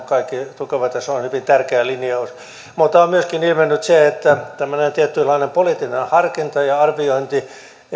kaikki tukevat ja se on on hyvin tärkeä linjaus mutta on myöskin ilmennyt että tämmöinen tietynlainen poliittinen harkinta ja arviointi